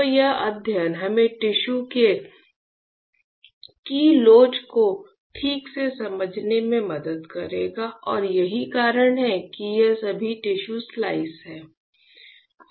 तो यह अध्ययन हमें टिश्यू की लोच को ठीक से समझने में मदद करेगा और यही कारण है कि ये सभी टिश्यू स्लाइस हैं